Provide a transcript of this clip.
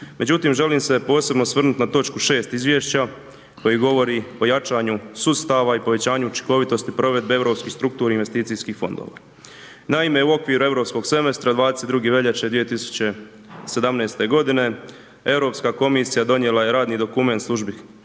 Međutim želim se posebno osvrnuti na točku 6. izvješća koji govori o jačanju sustava i povećanju učinkovitosti provedbe europskih strukturnih investicijskih fondova. Naime, u okviru europskog semestra 22. veljače 2017. godine Europska komisija donijela je radni dokument službi komisije